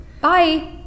Bye